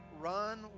run